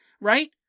Right